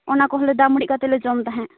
ᱚᱱᱟ ᱠᱚᱦᱚᱸ ᱞᱮ ᱫᱟᱜ ᱢᱟᱹᱲᱤ ᱠᱟᱛᱮᱞᱮ ᱡᱚᱢ ᱛᱟᱦᱮᱸᱫ